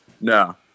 No